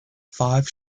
five